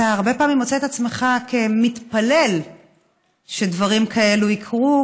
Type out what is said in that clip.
אתה הרבה פעמים מוצא את עצמך מתפלל שדברים כאלה יקרו,